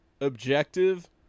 objective